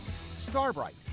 Starbright